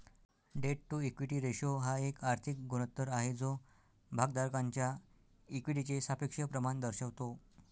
date to equity ratio हा एक आर्थिक गुणोत्तर आहे जो भागधारकांच्या इक्विटीचे सापेक्ष प्रमाण दर्शवतो